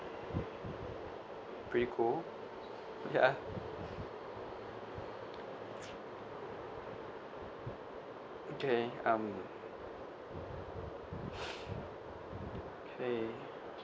pretty cool ya okay um okay